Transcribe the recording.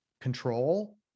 control